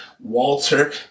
Walter